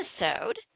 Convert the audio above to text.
episode